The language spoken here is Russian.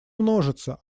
множится